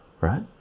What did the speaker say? right